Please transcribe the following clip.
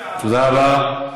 תודה רבה.